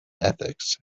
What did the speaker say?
ethics